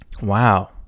Wow